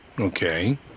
Okay